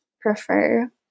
prefer